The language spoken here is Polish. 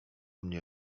mnie